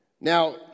Now